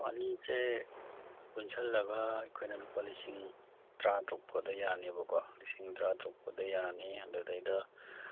ꯑꯣ ꯑꯅꯤꯁꯦ ꯄꯨꯟꯁꯤꯜꯂꯒ ꯑꯩꯈꯣꯏꯅ ꯂꯨꯄꯥ ꯂꯤꯁꯤꯡ ꯇꯔꯥ ꯇꯔꯨꯛ ꯐꯥꯎꯗ ꯌꯥꯅꯦꯕꯀꯣ ꯂꯤꯁꯤꯡ ꯇꯔꯥ ꯇꯔꯨꯛ ꯄꯨꯗ ꯌꯥꯅꯤ ꯑꯗꯨꯗꯩꯗ